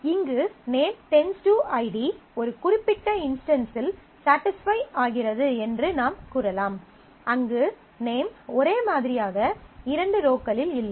இங்கு name → ID name id ஒரு குறிப்பிட்ட இன்ஸ்டன்ஸில் ஸடிஸ்ஃபை ஆகிறது என்று நாம் கூறலாம் அங்கு நேம் ஒரே மாதிரியாக இரண்டு ரோக்களில் இல்லை